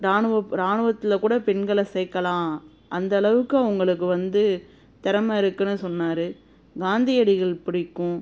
ராணுவ ராணுவத்தில் கூட பெண்களை சேர்க்கலாம் அந்த அளவுக்கு அவங்களுக்கு வந்து திறமை இருக்குதுன்னு சொன்னாரு காந்தியடிகள் பிடிக்கும்